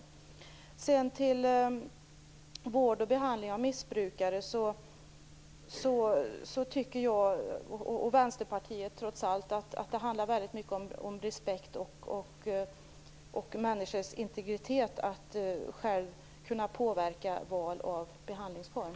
Jag och Vänsterpartiet menar vad gäller vård och behandling av missbrukare att det trots allt handlar väldigt mycket om respekt för människors integritet att man själv skall kunna påverka valet av behandlingsform.